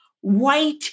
white